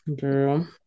girl